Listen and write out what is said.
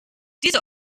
diese